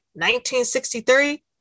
1963